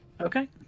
Okay